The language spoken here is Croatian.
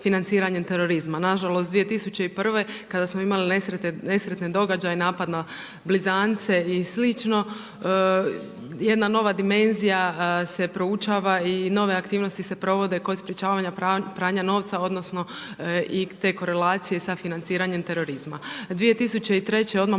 terorizma. Nažalost 2001. kada smo imali nesretne događaje, napad na „blizance“ i slično, jedna nova dimenzija se proučava i nove aktivnosti se provode kod sprječavanja pranja novca, odnosno i te korelacije sa financiranjem terorizma. 2003. odmah